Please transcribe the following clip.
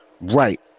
Right